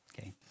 Okay